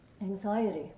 anxiety